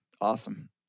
Awesome